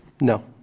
No